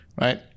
right